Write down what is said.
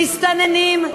מסתננים,